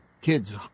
kids